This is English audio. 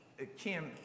Kim